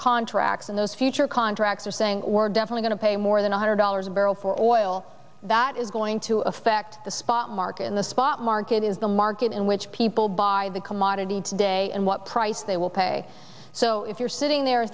contracts and those future contracts are saying we're definitely going to pay more than one hundred dollars a barrel for oil that is going to affect the spot market in the spot market is the market in which people buy the commodity today and what price they will pay so if you're sitting there